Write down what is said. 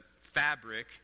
fabric